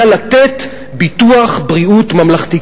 היה לתת ביטוח בריאות ממלכתי,